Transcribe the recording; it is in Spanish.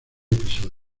episodio